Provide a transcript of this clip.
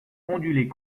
ondulait